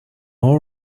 all